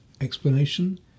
explanation